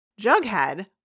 Jughead